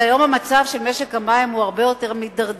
אבל היום המצב של משק המים הרבה יותר מדורדר,